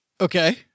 Okay